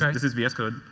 like this is the s rode.